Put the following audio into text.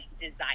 desire